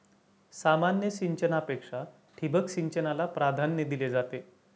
सामान्य सिंचनापेक्षा ठिबक सिंचनाला प्राधान्य दिले जाते